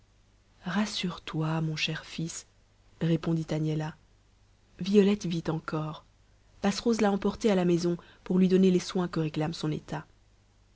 rassure-toi mon cher fils répondit agnella violette vit encore passerose l'a emportée à la maison pour lui donner les soins que réclame son état